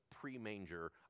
pre-manger